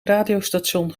radiostation